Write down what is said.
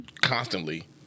constantly